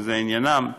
שזה עניינם,